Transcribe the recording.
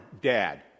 dad